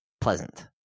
pleasant